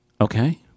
Okay